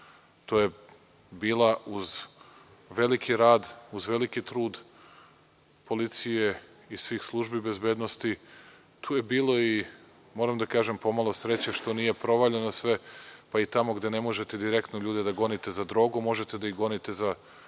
To je bila uz veliki rad, uz veliki trud policije i svih službi bezbednosti, tu je bilo i moram da kažem po malo sreće što nije provaljeno sve, pa i tamo gde ne možete direktno ljude da gonite za drogu, možete da ih gonite za